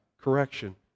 correction